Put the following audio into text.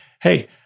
Hey